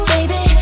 Baby